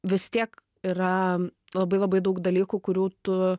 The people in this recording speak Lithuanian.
vis tiek yra labai labai daug dalykų kurių tu